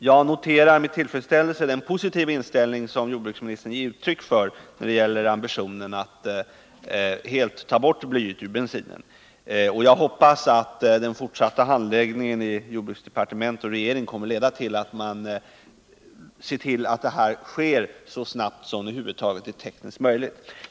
Jag noterar med tillfredsställelse den positiva inställning som jordbruksministern gav uttryck för, hans ambition att helt ta bort blyet ur bensinen, och jag hoppas att den fortsatta handläggningen i jordbruksdepartement och regering kommer att leda till att det här sker så snart som det över huvud taget är tekniskt möjligt.